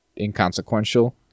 inconsequential